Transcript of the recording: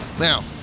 Now